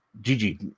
Gigi